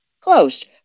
Closed